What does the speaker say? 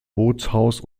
bootshaus